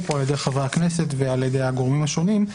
פה על ידי חברי הכנסת ועל ידי הגורמים השונים.